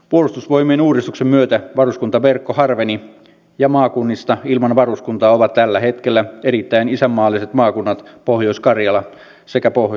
puolustusvoimien uudistuksen myötä varuskuntaverkko harveni ja maakunnista ilman varuskuntaa ovat tällä hetkellä erittäin isänmaalliset maakunnat pohjois karjala sekä etelä pohjanmaa